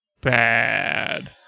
bad